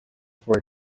for